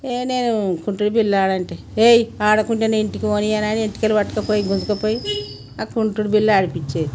ఏ నేను కుంటుడు బిళ్ళ ఆడనంటే ఏయి ఆడకుంటే నేను ఇంటికీ పోనీయనని వెంట్రుకలు పట్టుకుని పోయి గుంజుకుపోయి ఆ కుంటుడు బిళ్ళ ఆడిపించేది